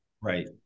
Right